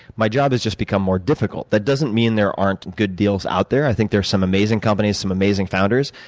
my job has just become more difficult. that doesn't mean there aren't good deals out there. i think there are some amazing companies, some amazing founders,